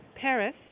Paris